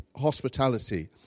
hospitality